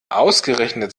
ausgerechnet